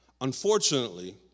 Unfortunately